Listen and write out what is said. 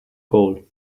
goal